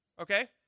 Okay